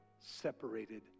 separated